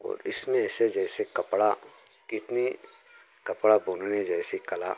और इसमें ऐसे जैसे कपड़ा कितनी कपड़ा बुनने जैसी कला